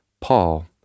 Paul